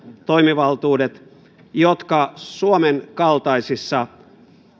toimivaltuudet jotka suomen kaltaisissa